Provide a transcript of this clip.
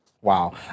Wow